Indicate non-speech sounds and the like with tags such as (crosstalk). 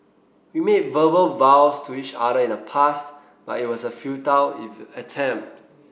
we made verbal vows to each other in the past but it was a futile (unintelligible) attempt